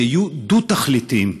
שיהיו דו-תכליתיים,